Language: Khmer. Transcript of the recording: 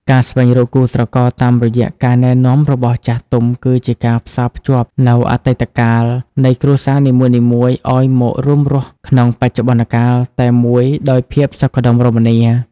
ការស្វែងរកគូស្រករតាមរយៈការណែនាំរបស់ចាស់ទុំ គឺជាការផ្សារភ្ជាប់នូវ "អតីតកាល" នៃគ្រួសារនីមួយៗឱ្យមករួមរស់ក្នុង "បច្ចុប្បន្នកាល" តែមួយដោយភាពសុខដុមរមនា។